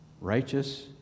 righteous